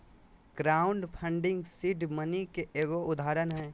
crowd funding seed money के एगो उदाहरण हय